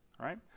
right